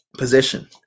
position